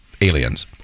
aliens